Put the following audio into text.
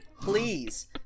please